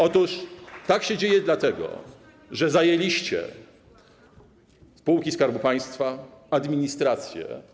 Otóż tak się dzieje, dlatego że zajęliście spółki Skarbu Państwa, administrację.